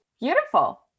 beautiful